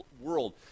world